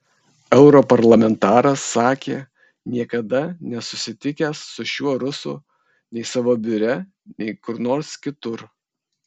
europarlamentaras sakė niekada nesusitikęs su šiuo rusu nei savo biure nei kur nors kitur